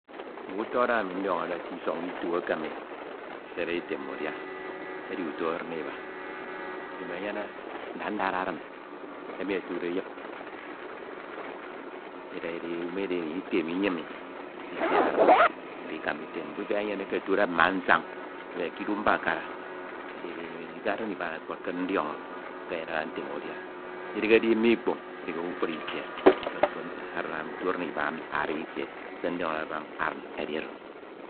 Mme uto adin eke ani ndiọñọde k’isọn itu eke mi. isidade item udia edi uto adin iba. Nnyin ndadndad adin emi otude eyip ida idi imalda imi item eyium isi adin ida ikama item mkpo ifiak inyene eke mbasañ, emi edide k’idu mbakara ka adin iba oro kpo̱t ke ndiọñọ edad ntem udia idighedi mi ikpoñ edi ke kpukpru itie ke mkpo ntro adin emi uto adin iba emi ada itie se ndiọñode mbaña adin edi oro.